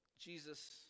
Jesus